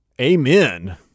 amen